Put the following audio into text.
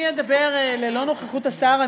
אני אדבר ללא נוכחות השר.